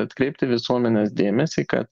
atkreipti visuomenės dėmesį kad